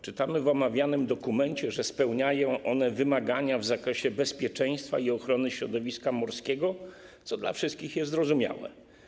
Czytamy w omawianym dokumencie, że spełniają one wymagania w zakresie bezpieczeństwa i ochrony środowiska morskiego, co dla wszystkich jest zrozumiałe.